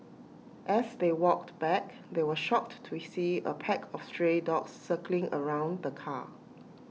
as they walked back they were shocked to see A pack of stray dogs circling around the car